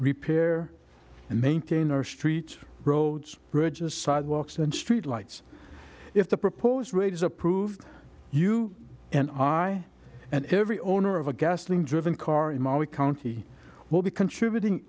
repair and maintain our streets roads bridges sidewalks and street lights if the proposed rate is approved you and i and every owner of a gasoline driven car in maui county will be contributing